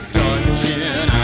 dungeon